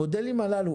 המודלים הללו,